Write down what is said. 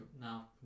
now